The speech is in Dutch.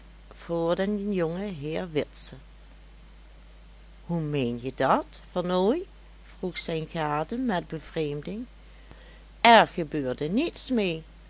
voor den jongenheer witse hoe meenje dat vernooy vroeg zijne gade met bevreemding er gebeurde niets mee